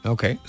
Okay